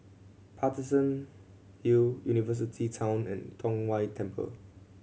Paterson Hill University Town and Tong Whye Temple